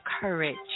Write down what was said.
courage